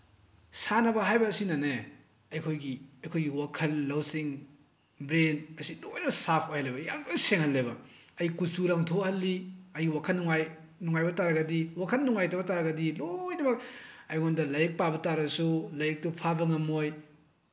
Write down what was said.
ꯁꯥꯟꯅꯕ ꯍꯥꯏꯕ ꯑꯁꯤꯅꯅꯦ ꯑꯩꯈꯣꯏꯒꯤ ꯑꯩꯈꯣꯏꯒꯤ ꯋꯥꯈꯜ ꯂꯧꯁꯤꯡ ꯕ꯭ꯔꯦꯟ ꯑꯁꯤ ꯂꯣꯏꯅ ꯁꯥꯞ ꯑꯣꯏꯍꯜꯂꯦꯕ ꯌꯥꯝꯅ ꯁꯦꯡꯍꯜꯂꯦꯕ ꯑꯩ ꯀꯨꯆꯨ ꯂꯪꯊꯣꯛꯍꯜꯂꯤ ꯑꯩ ꯋꯥꯈꯜ ꯅꯨꯡꯉꯥꯏꯕ ꯇꯥꯔꯒꯗꯤ ꯋꯥꯈꯜ ꯅꯨꯡꯉꯥꯏꯇꯕ ꯇꯥꯔꯒꯗꯤ ꯂꯣꯏꯅꯃꯛ ꯑꯩꯉꯣꯟꯗ ꯂꯥꯏꯔꯤꯛ ꯄꯥꯕ ꯇꯥꯔꯁꯨ ꯂꯥꯏꯔꯤꯛꯇꯨ ꯐꯥꯕ ꯉꯝꯃꯣꯏ